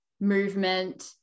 movement